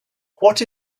what